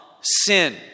sin